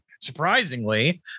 surprisingly